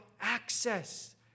access